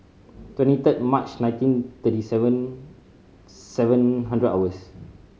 twenty third March nineteen thirty seven seven hundred hours